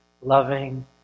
loving